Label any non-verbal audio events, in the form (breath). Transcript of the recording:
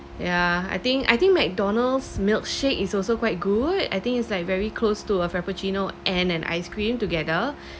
yeah I think I think McDonald's milkshake is also quite good I think it's like very close to a frappuccino and an ice cream together (breath)